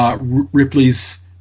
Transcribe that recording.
Ripley's